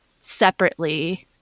separately